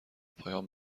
پایان